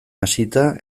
hasita